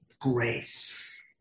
grace